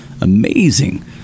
amazing